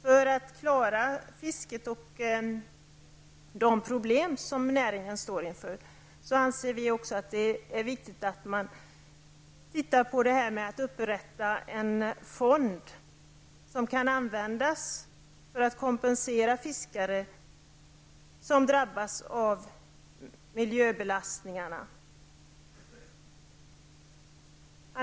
För att klara fisket och de problem som näringen står inför anser vi också att det är viktigt att man undersöker möjligheten att upprätta en fond som kan användas för att kompensera fiskare som drabbas av miljöbelastningarna.